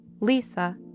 Lisa